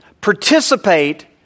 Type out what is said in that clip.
participate